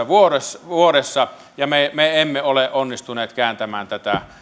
vuodessa vuodessa kaksituhattayhdeksäntoista ja me me emme ole onnistuneet kääntämään tätä